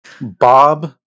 Bob